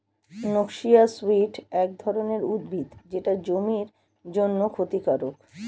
noxious weed এক ধরনের উদ্ভিদ যেটা জমির জন্যে ক্ষতিকারক